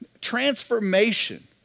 Transformation